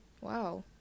wow